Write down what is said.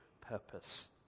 purpose